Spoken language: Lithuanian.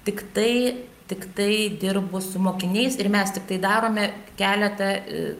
tiktai tiktai dirbu su mokiniais ir mes tiktai darome keletą